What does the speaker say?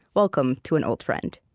welcome to an old friend